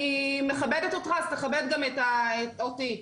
אני מכבדת אותך, אז תכבד גם אותי בבקשה.